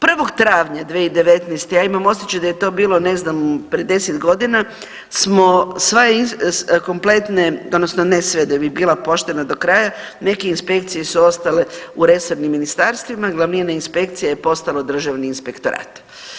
1. travnja 2019., ja imam osjećaj da je to bilo ne znam pre 10.g. smo sva, kompletne odnosno ne sve da bi bila poštena do kraja, neke inspekcije su ostale u resornim ministarstvima, glavnina inspekcija je postalo državni inspektorat.